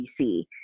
DC